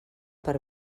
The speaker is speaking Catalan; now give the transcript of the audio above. per